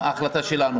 על התוספת אפשר.